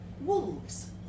wolves